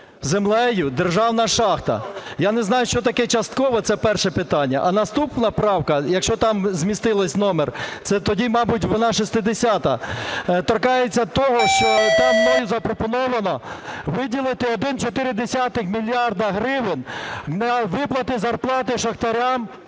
землею, державна шахта. Я не знаю, що таке "частково"? Це перше питання. А наступна правка, якщо там змістився номер, це тоді, мабуть, вона 60-а, торкається того, що там мною запропоновано виділити 1,4 мільярди гривень на виплати зарплат шахтарям